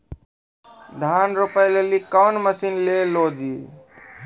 धान रोपे लिली कौन मसीन ले लो जी?